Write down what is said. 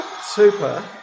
super